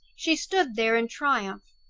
she stood there in triumph,